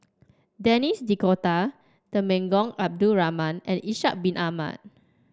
Denis D'Cotta Temenggong Abdul Rahman and Ishak Bin Ahmad